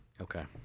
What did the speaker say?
Okay